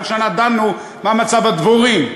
כל שנה דנו מה מצב הדבורים.